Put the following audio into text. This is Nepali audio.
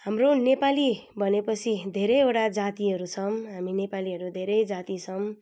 हाम्रो नेपाली भने पछि धेरैवटा जातिहरू छौँ हामी नेपालीहरू धेरै जाति छौँ